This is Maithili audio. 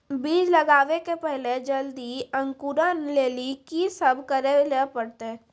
बीज लगावे के पहिले जल्दी अंकुरण लेली की सब करे ले परतै?